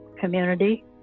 community